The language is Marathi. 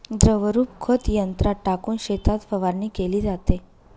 द्रवरूप खत यंत्रात टाकून शेतात फवारणी केली जाते